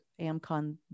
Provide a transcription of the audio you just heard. Amcon